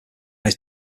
his